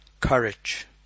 courage